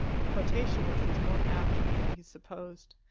a quotation which was more apt than he supposed.